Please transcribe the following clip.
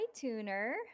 Tuner